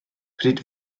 pryd